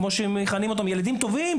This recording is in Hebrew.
כמו שמכנים אותם ילדים טובים.